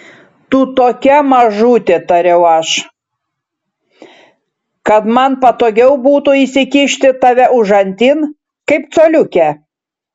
tu tokia mažutė tariau aš kad man patogiau būtų įsikišti tave užantin kaip coliukę